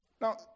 Now